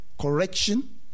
correction